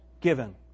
given